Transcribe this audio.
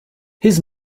his